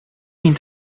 мин